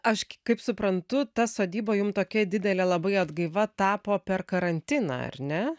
aš kaip suprantu ta sodyba jum tokia didelė labai atgaiva tapo per karantiną ar ne